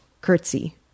curtsy